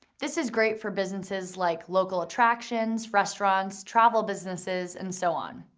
this is great for businesses like local attractions, restaurants, travel businesses, and so on.